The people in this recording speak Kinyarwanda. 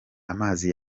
amazi